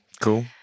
Cool